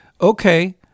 okay